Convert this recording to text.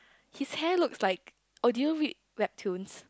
his hair looks like oh do you read webtoons